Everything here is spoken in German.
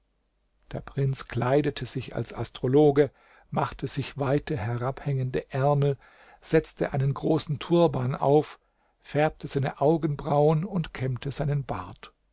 der prinz kleidete sich als astrologe machte sich weite herabhängende ärmel setzte einen großen turban auf färbte seine augenbrauen und kämmte seinen bart